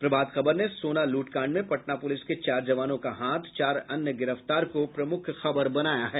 प्रभात खबर ने सोना लूटकांड में पटना पुलिस के चार जवानों का हाथ चार अन्य गिरफ्तार को प्रमुख खबर बनाया है